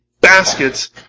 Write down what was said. Baskets